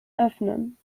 öffnen